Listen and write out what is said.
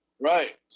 right